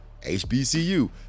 HBCU